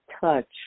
touch